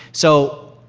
so,